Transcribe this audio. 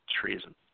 Treason